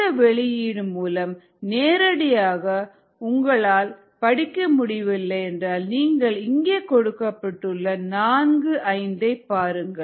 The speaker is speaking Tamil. இந்த வெளியீடு மூலம் நேரடியாக உங்களால் படிக்க முடியவில்லை என்றால் நீங்கள் இங்கே கொடுக்கப்பட்டுள்ள 4 5 ஐ பாருங்கள்